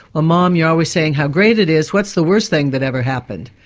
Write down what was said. ah mom, you're always saying how great it is what's the worst thing that ever happened?